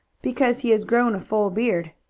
because he has grown a full beard.